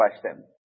question